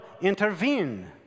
intervene